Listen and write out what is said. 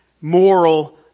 moral